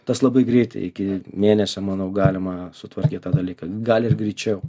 tas labai greitai iki mėnesio manau galima sutvarkyt tą dalyką gali ir greičiau